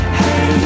hey